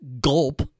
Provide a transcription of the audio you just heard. gulp